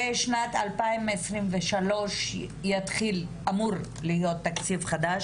ושנת 2023 אמור להיות תקציב חדש.